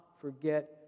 forget